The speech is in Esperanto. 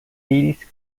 diris